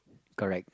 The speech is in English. correct